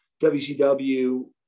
WCW